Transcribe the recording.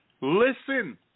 Listen